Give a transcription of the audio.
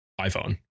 iPhone